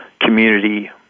community